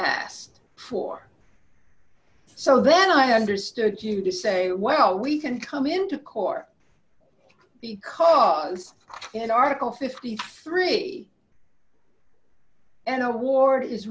is for so then i understood you to say well we can come into court because an article fifty three an award is